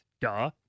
duh